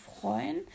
freuen